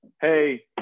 hey